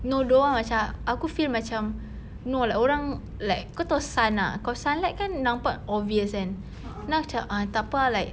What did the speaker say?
no don't want macam aku feel macam no lah orang like kau tahu sun ah kalau sunlight kan nampak obvious kan then aku macam tak apa ah like